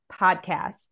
podcast